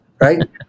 Right